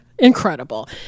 Incredible